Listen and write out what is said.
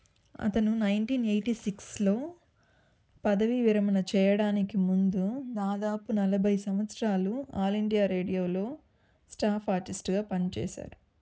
అతను nineteen eighty సిక్స్లో పదవీ విరమణ చేయడానికి ముందు దాదాపు నలభై సంవత్సరాలు ఆల్ ఇండియా రేడియోలో స్టాఫ్ ఆర్టిస్టుగా పనిచేశారు